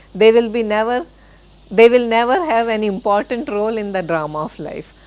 they will be never they will never have an important role in the drama of life.